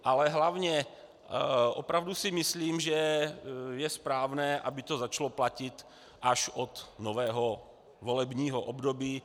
Ale hlavně opravdu si myslím, že je správné, aby to začalo platit až od nového volebního období.